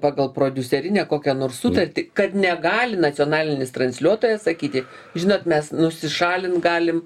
pagal prodiuserinę kokią nors sutartį kad negali nacionalinis transliuotojas sakyti žinot mes nusišalint galim